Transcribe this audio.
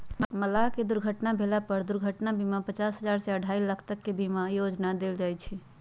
मलाह के दुर्घटना भेला पर दुर्घटना बीमा पचास हजार से अढ़ाई लाख तक के बीमा योजना देल जाय छै